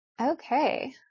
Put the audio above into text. Okay